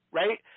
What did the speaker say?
right